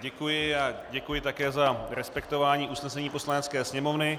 Děkuji a děkuji také za respektování usnesení Poslanecké sněmovny.